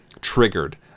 Triggered